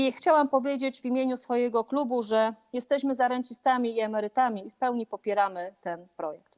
I chciałam powiedzieć w imieniu swojego klubu, że jesteśmy za rencistami i emerytami i w pełni popieramy ten projekt.